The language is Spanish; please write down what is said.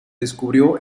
descubrió